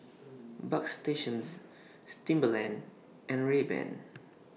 Bagstationz Timberland and Rayban